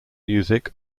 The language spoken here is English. music